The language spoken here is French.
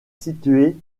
situé